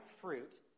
fruit